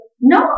No